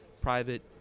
private